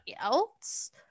else